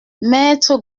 maître